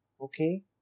Okay